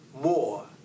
more